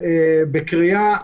יצאנו בקריאה.